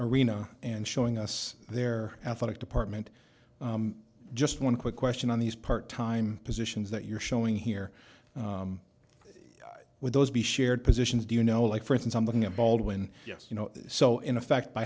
arena and showing us their athletic department just one quick question on these part time positions that you're showing here would those be shared positions do you know like for instance something a baldwin yes you know so in effect by